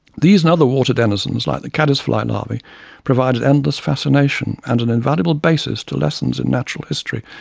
these and other water denizens like caddis-fly larvae provided endless fascination and an invaluable basis to lessons in natural history.